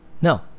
No